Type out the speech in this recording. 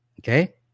Okay